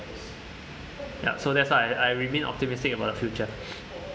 ya so that's why I I remain optimistic about the future